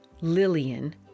Lillian